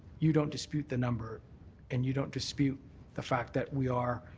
you don't dispute the number and you don't dispute the fact that we are,